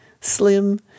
slim